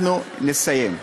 אנחנו נסיים.